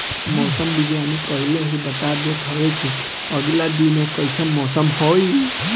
मौसम विज्ञानी पहिले ही बता देत हवे की आगिला दिने कइसन मौसम होई